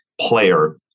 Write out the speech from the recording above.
player